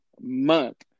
month